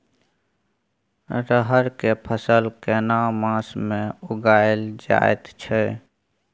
रहर के फसल केना मास में उगायल जायत छै?